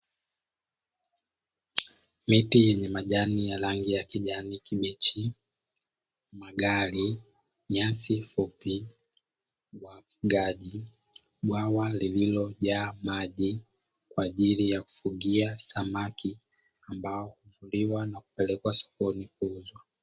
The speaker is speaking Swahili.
Miti yenye majani ya rangi ya kijani kibichi, magari, nyasi fupi, geji, bwawa lililojaa maji kwa ajili ya kufugia samaki ambao huvuliwa na kupelekwa sokoni kuuzwa.